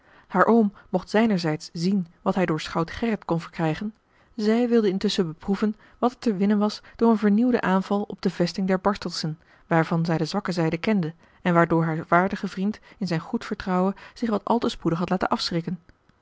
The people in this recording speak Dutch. haar oom mocht zijnerzijds zien wat hij door schout gerrit kon verkrijgen zij wilde intusschen beproeven wat er te winnen was door een vernieuwden aanval op de vesting der bartelsen waarvan zij de zwakke zijde kende en waardoor haar waardige vriend in zijn goed vertrouwen zich wat al te spoedig had laten afschrikken